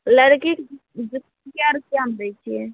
लड़कीके जुत्ती कए रुपआ मे दै छियै